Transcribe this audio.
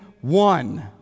one